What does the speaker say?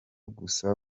gusa